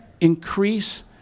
increase